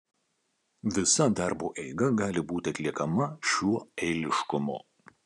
visa darbo eiga gali būti atliekama šiuo eiliškumu